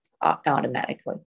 automatically